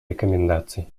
рекомендаций